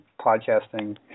podcasting